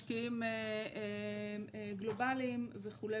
משקיעים גלובאליים וכו',